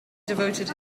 devoted